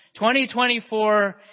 2024